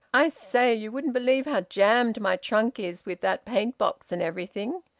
i say you wouldn't believe how jammed my trunk is with that paint box and everything!